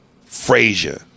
Frazier